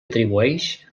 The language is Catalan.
atribueix